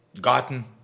gotten